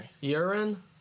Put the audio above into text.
Urine